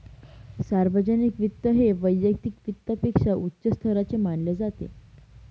सार्वजनिक वित्त हे वैयक्तिक वित्तापेक्षा उच्च स्तराचे मानले जाते